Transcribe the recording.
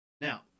Now